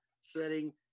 setting